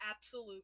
absolute